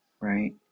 right